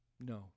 No